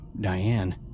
Diane